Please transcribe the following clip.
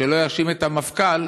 שלא יאשים את המפכ"ל